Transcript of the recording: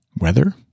weather